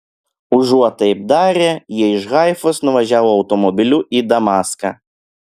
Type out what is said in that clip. užuot taip darę jie iš haifos nuvažiavo automobiliu į damaską